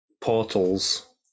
portals